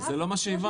זה לא מה שהבנו.